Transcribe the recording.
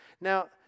Now